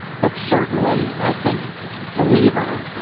but certainly, i think the leader,